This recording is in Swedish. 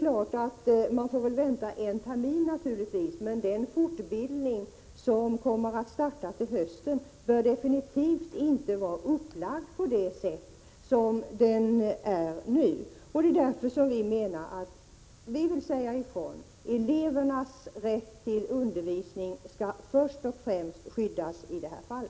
Man får naturligtvis vänta en termin, men den fortbildning som kommer att starta till hösten bör definitivt inte vara upplagd på det sätt som den är nu. Det är därför vi vill säga ifrån att elevernas rätt till undervisning först och främst skall skyddas i detta fall.